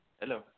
Hello